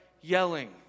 yelling